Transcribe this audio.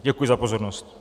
Děkuji za pozornost.